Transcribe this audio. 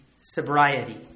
sobriety